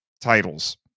titles